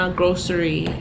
grocery